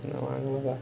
that's why I don't buy